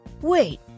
wait